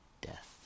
death